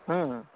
ᱦᱮᱸ